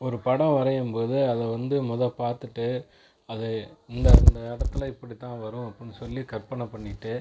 ஒரு படம் வரையும் போது அது வந்து முத பார்த்துட்டு அதைய இந்தந்த இடத்துல இப்படி தான் வரும் அப்புடினு சொல்லி கற்பனை பண்ணிட்டு